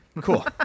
Cool